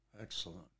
Excellent